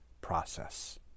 process